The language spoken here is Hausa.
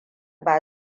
ba